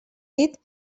dit